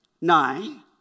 nine